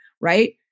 right